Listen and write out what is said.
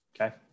Okay